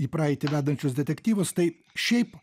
į praeitį vedančius detektyvus tai šiaip